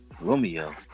Romeo